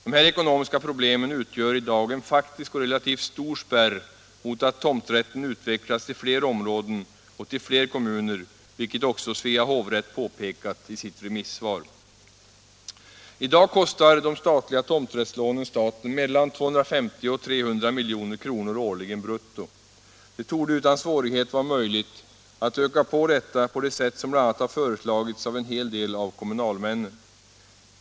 Dessa ekonomiska problem utgör i dag en faktisk och relativt stor spärr mot att tomträtten utvecklas till fler områden och till fler kommuner, vilket också Svea hovrätt påpekat i sitt remissvar. Nu kostar de statliga tomträttslånen staten mellan 250 och 300 milj.kr. årligen brutto. Det torde utan svårighet vara möjligt att öka detta på det sätt som bl.a. har föreslagits av en hel del kommunalmän.